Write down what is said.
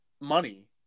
money